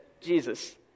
Jesus